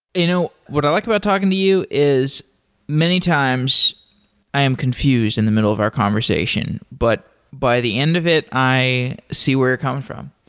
you know what i like about talking to you is many times i am confused in the middle of our conversation, but by the end of it, i see where you're coming from.